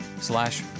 slash